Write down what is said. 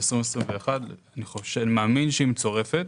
אני מאמין היא מצורפת.